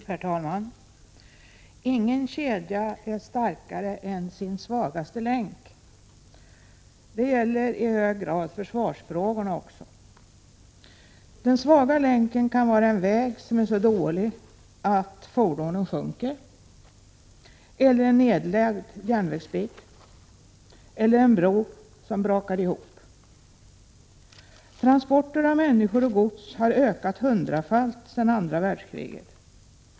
Herr talman! Ingen kedja är starkare än sin svagaste länk. Detta gäller i hög grad försvarsfrågor. Den svaga länken kan vara en väg, som är så dålig att fordonen sjunker, eller en nedlagd järnvägsbit eller en bro som brakar ihop. Transporter av människor och gods har ökat hundrafalt sedan andra världskriget.